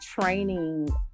training